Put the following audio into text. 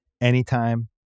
Anytime